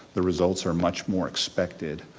the results are much more expected.